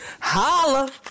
holla